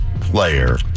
player